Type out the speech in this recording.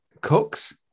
cooks